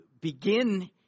begin